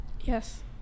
yes